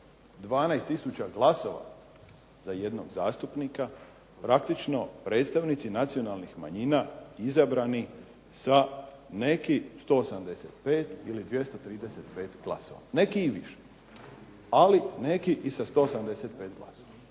tisuća glasova za jednog zastupnika, praktično predstavnici nacionalnih manjina izabrani sa neki 185 ili 235 glasova, neki i više, ali neki i sa 185 glasova.